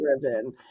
driven